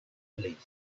published